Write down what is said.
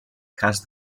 has